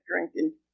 drinking